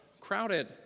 crowded